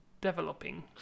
developing